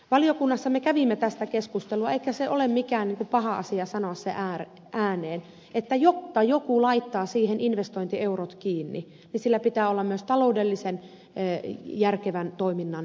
valiokunnassa me kävimme tästä keskustelua eikä se ole mikään paha asia sanoa se ääneen että jotta joku laittaa siihen investointieurot kiinni sillä pitää olla myös taloudellisen järkevän toiminnan mahdollisuudet